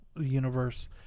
universe